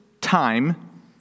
time